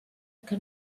que